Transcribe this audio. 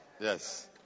Yes